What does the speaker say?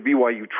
BYU